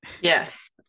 Yes